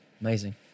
Amazing